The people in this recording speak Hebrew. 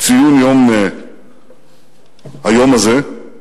ציון היום הזה,